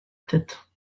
tête